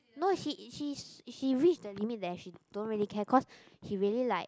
no he is he is he reach the limit that he don't care because he really like